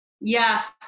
yes